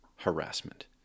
harassment